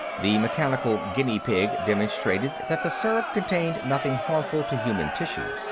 the mechanical guinea-pig demonstrated that the syrup contained nothing harmful to human tissue.